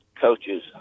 coaches